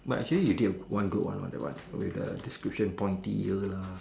but actually you did a one good one that one where the description point tier lah